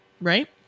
Right